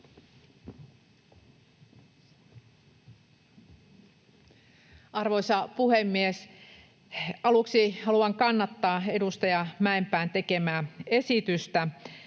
Arvoisa puhemies! Aluksi haluan kannattaa edustaja Mäenpään tekemää esitystä